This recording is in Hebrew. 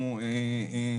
ניהלתי יחידות שיקום,